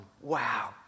Wow